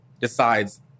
decides